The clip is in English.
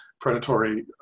predatory